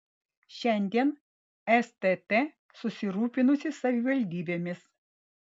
šiandien stt susirūpinusi savivaldybėmis